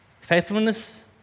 Faithfulness